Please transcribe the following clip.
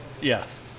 Yes